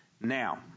Now